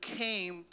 came